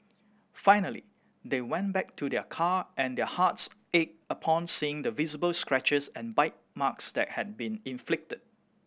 finally they went back to their car and their hearts ached upon seeing the visible scratches and bite marks that had been inflicted